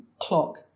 clock